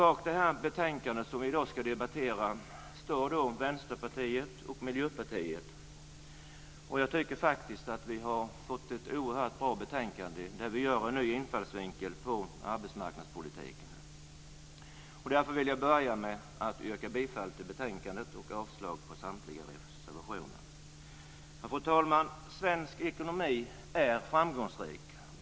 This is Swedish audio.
Bakom det betänkande som vi i dag ska debattera står Vänsterpartiet och Miljöpartiet. Jag tycker faktiskt att vi har fått ett oerhört bra betänkande, med en ny infallsvinkel på arbetsmarknadspolitiken. Därför vill jag börja med att yrka bifall till utskottets hemställan och avslag på samtliga reservationer. Fru talman! Svensk ekonomi är framgångsrik.